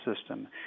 system